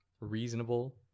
reasonable